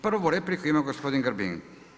Prvu repliku ima gospodin Grbin.